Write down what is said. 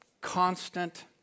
constant